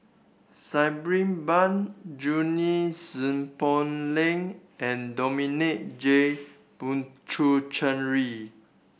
Sabri Buang Junie Sng Poh Leng and Dominic J Puthucheary